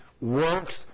works